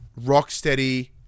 Rocksteady